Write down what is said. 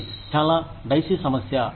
ఇది చాలా డైసి సమస్య